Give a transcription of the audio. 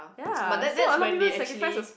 but that that when be actually